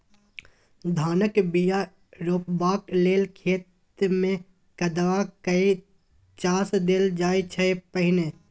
धानक बीया रोपबाक लेल खेत मे कदबा कए चास देल जाइ छै पहिने